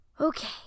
Okay